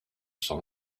cent